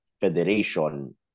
federation